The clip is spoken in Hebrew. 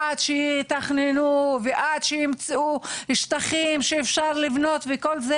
עד שיתכננו ועד שיימצאו שטחים שאפשר לבנות בהם וכל זה.